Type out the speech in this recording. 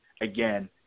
again